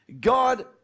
God